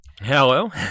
Hello